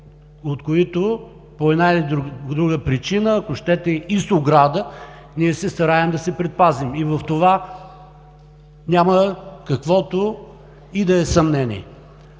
от които по една или друга причина, ако щете и с ограда, ние се стараем да се предпазим. В това няма каквото и да е съмнение.